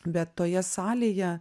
bet toje salėje